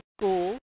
school